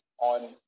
on